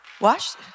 Watch